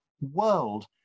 world